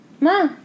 Ma